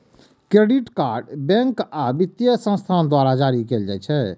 credit card bank आ वित्तीय संस्थान द्वारा जारी कैल जाइ छै